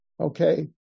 Okay